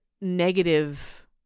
negative